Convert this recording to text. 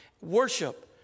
worship